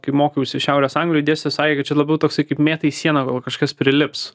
kai mokiausi šiaurės anglijoj dėstytojas sakė kad čia labiau toksai kaip mėtai į sieną gal kažkas prilips